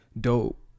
dope